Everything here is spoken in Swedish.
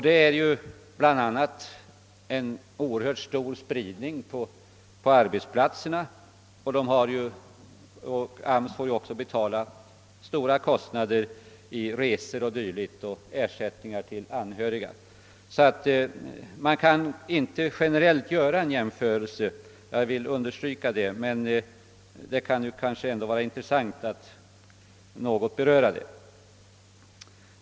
Det är bl; a. en oerhört stor spridning på arbetsplatserna, och AMS får därför betala stora kostnader för resor, ersättningar till anhöriga och dylikt. Jag vill understryka att man inte kan göra någon generell jämförelse, men det kan ändå vara intressant att något beröra 'detta.